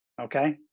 Okay